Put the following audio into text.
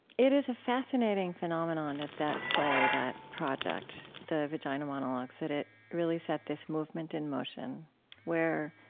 it is a fascinating phenomenon that that play, that project, the vagina monologues, that it really set this movement in motion where